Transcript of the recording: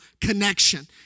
connection